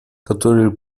которые